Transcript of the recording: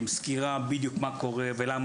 עם סקירה מה בדיוק קורה ולמה,